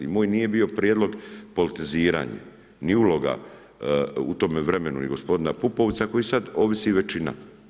I moj nije bio prijedlog politiziranje, ni uloga u tome vremenu i gospodina Pupovca koji sad ovisi većina.